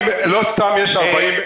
לא סתם יש 40,000 פניות.